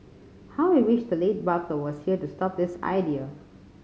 how we wish the late Barker was here to stop this idea